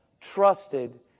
trusted